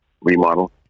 remodel